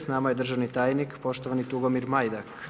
Sa nama je državni tajnik poštovani Tugomir Majdak.